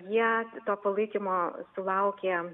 jie to palaikymo sulaukė